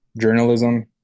journalism